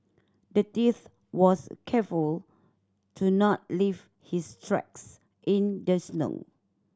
the thief was careful to not leave his tracks in the snow